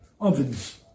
ovens